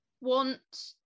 want